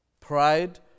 Pride